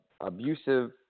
abusive